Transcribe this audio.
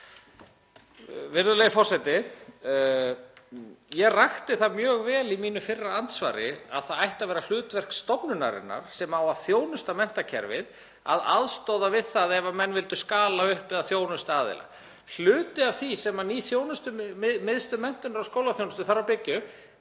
Virðulegi forseti. Ég rakti það mjög vel í mínu fyrra andsvari að það ætti að vera hlutverk stofnunarinnar sem á að þjónusta menntakerfið að aðstoða við það ef menn vildu skala upp eða þjónusta aðila. Hluti af því sem ný þjónustumiðstöð menntunar og skólaþjónustu þarf að byggja